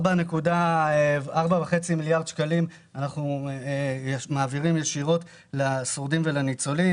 4.5 מיליארד שקלים אנחנו מעבירים ישירות לשורדים ולניצולים,